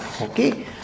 Okay